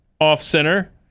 off-center